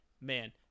man